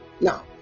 Now